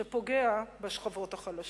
שפוגע בשכבות החלשות.